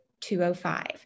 205